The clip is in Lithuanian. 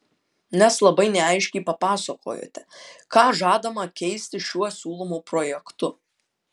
nes labai neaiškiai papasakojote ką žadama keisti šiuo siūlomu projektu